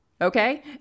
Okay